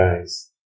guys